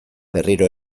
berriro